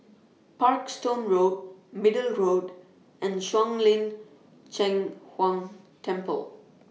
Parkstone Road Middle Road and Shuang Lin Cheng Huang Temple